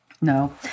No